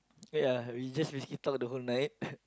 ya we just basically talk the whole night